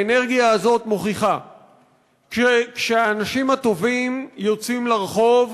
האנרגיה הזאת מוכיחה שכשהאנשים הטובים יוצאים לרחוב,